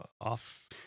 off